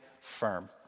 firm